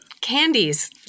candies